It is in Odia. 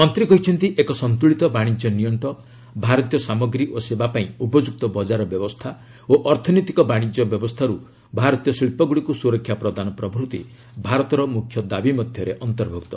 ମନ୍ତ୍ରୀ କହିଛନ୍ତି ଏକ ସନ୍ତୁଳିତ ବାଣିଜ୍ୟ ନିଅକ୍କ ଭାରତୀୟ ସାମଗ୍ରୀ ଓ ସେବା ପାଇଁ ଉପଯୁକ୍ତ ବଜାର ବ୍ୟବସ୍ଥା ଓ ଅନୈତିକ ବାଣିଜ୍ୟ ବ୍ୟବସ୍ଥାରୁ ଭାରତୀୟ ଶିଳ୍ପଗୁଡ଼ିକୁ ସୁରକ୍ଷା ପ୍ରଦାନ ପ୍ରଭୃତି ଭାରତର ମୁଖ୍ୟ ଦାବି ମଧ୍ୟରେ ଅନ୍ତର୍ଭକ୍ତ